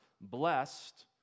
blessed